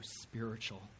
spiritual